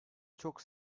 çok